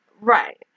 Right